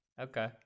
Okay